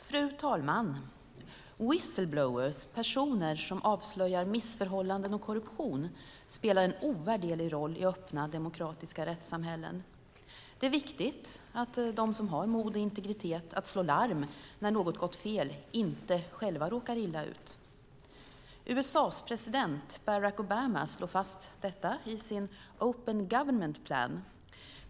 Fru talman! Whistleblowers, personer som avslöjar missförhållanden och korruption, spelar en ovärderlig roll i öppna och demokratiska rättssamhällen. Det är viktigt att de som har mod och integritet att slå larm när något gått fel inte själva råkar illa ut. USA:s president Barack Obama slår fast detta i sin Open Government Plan.